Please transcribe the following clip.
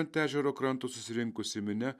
ant ežero kranto susirinkusi minia